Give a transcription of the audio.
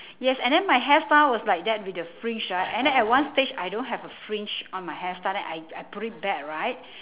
yes and then my hairstyle was like that with the fringe right and then at one stage I don't have a fringe on my hairstyle then I I put it back right